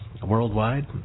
Worldwide